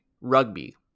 rugby